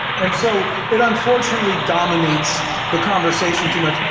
and so it unfortunately dominates the conversation too much.